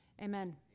Amen